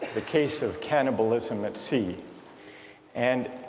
the case of cannibalism at sea and